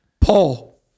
Paul